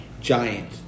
giant